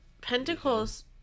Pentacles